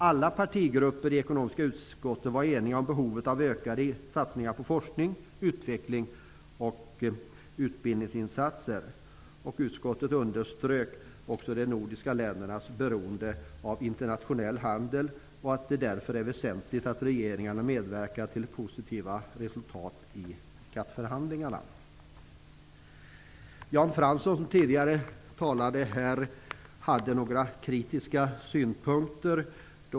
Alla partigrupper i ekonomiska utskottet var eniga om behovet av ökade satsningar på forskning, utveckling och utbildning. Utskottet underströk också de nordiska ländernas beroende av internationell handel, och att det därför är väsentligt att regeringarna medverkar till positiva resultat i GATT-förhandlingarna. Jan Fransson, som tidigare talade här, hade några kritiska synpunkter.